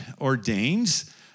ordains